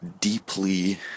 deeply